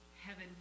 heaven